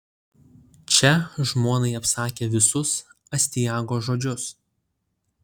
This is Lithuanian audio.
čia žmonai apsakė visus astiago žodžius